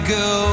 go